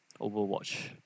Overwatch